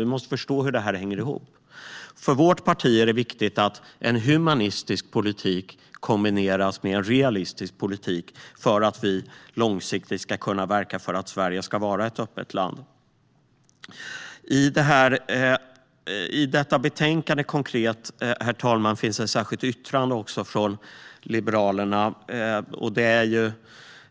Vi måste förstå hur detta hänger ihop. För vårt parti är det viktigt att en humanistisk politik kombineras med en realistisk politik för att vi långsiktigt ska kunna verka för att Sverige ska vara ett öppet land. Konkret i betänkandet finns ett särskilt yttrande från Liberalerna, som egentligen är